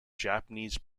japanese